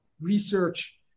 research